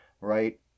right